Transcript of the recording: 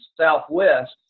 Southwest